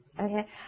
Okay